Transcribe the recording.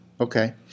Okay